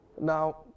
Now